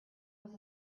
was